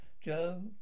Joe